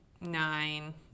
nine